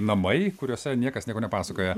namai kuriuose niekas nieko nepasakoja